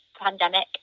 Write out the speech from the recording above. pandemic